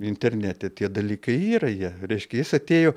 internete tie dalykai yra jie reiškia jis atėjo